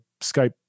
Skype